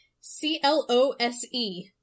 C-L-O-S-E